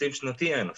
תקציב שנתי אין אפילו,